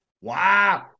Wow